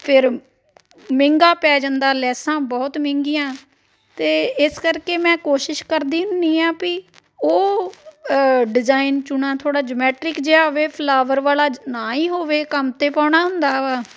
ਫਿਰ ਮਹਿੰਗਾ ਪੈ ਜਾਂਦਾ ਲੈਸਾਂ ਬਹੁਤ ਮਹਿੰਗੀਆਂ ਅਤੇ ਇਸ ਕਰਕੇ ਮੈਂ ਕੋਸ਼ਿਸ਼ ਕਰਦੀ ਹੁੰਦੀ ਹਾਂ ਵੀ ਉਹ ਡਿਜ਼ਾਈਨ ਚੁਣਾਂ ਥੋੜ੍ਹਾ ਜੁਮੈਟ੍ਰਿਕ ਜਿਹਾ ਹੋਵੇ ਫਲਾਵਰ ਵਾਲਾ ਨਾ ਹੀ ਹੋਵੇ ਕੰਮ 'ਤੇ ਪਾਉਣਾ ਹੁੰਦਾ ਵਾ